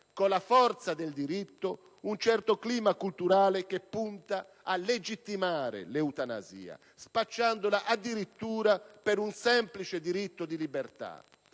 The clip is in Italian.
con la forza del diritto un certo clima culturale che punta a legittimare l'eutanasia, spacciandola addirittura per un semplice diritto di libertà.